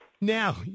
Now